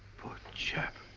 chap.